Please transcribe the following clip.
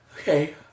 Okay